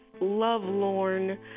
lovelorn